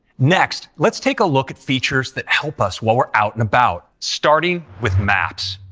next, let's take a look at features that help us while we're out and about. starting with maps.